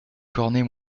cornet